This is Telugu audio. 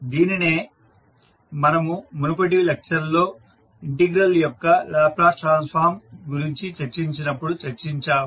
దీనినే మనము మునుపటి లెక్చర్లలో ఇంటిగ్రల్ యొక్క లాప్లాస్ ట్రాన్స్ఫార్మ్ గురించి చర్చించినప్పుడు చర్చించాము